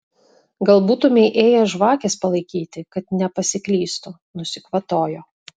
gal būtumei ėjęs žvakės palaikyti kad nepasiklystų nusikvatojo